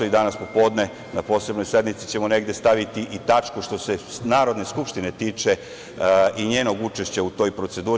Danas posle podne na Posebnoj sednici ćemo negde staviti i tačku, što se Narodne skupštine tiče i njenog učešća u toj proceduri.